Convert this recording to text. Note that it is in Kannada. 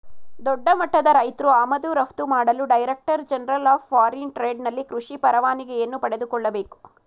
ದೊಡ್ಡಮಟ್ಟದ ರೈತ್ರು ಆಮದು ರಫ್ತು ಮಾಡಲು director general of foreign trade ನಲ್ಲಿ ಕೃಷಿ ಪರವಾನಿಗೆಯನ್ನು ಪಡೆದುಕೊಳ್ಳಬೇಕು